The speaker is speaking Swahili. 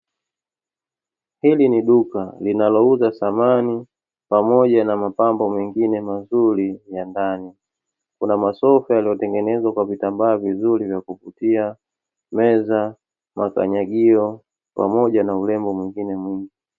Hili ni duka linalouza samani pamoja na mapambo mengine mazuri ya ndani, kuna masofa yaliyotengenezwa kwa vitambaa vizuri vya kuvutia, meza, makanyagio pamoja na urembo mwingine muhimu.